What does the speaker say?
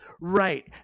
Right